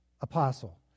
apostle